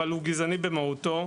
אבל הוא גזעני במהותו.